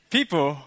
People